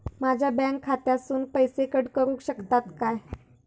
माझ्या बँक खात्यासून पैसे कट करुक शकतात काय?